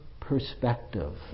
perspective